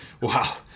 Wow